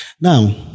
Now